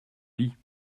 lit